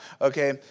Okay